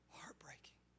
heartbreaking